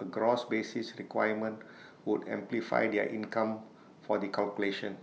A gross basis requirement would amplify their income for the calculation